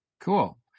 cool